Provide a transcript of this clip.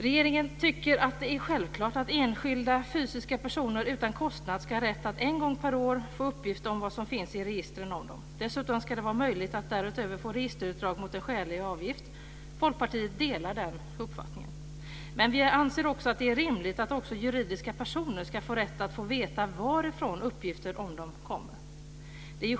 Regeringen tycker att det är självklart att enskilda fysiska personer utan kostnad ska ha rätt att en gång per år få uppgift om vad som finns i registren om dem. Dessutom ska det vara möjligt att därutöver få registerutdrag mot en skälig avgift. Folkpartiet delar den uppfattningen. Men vi anser också att det är rimligt att också juridiska personer ska få rätt att få veta varifrån uppgifter om dem kommer.